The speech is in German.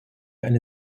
eine